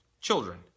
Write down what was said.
children